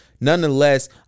nonetheless